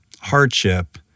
hardship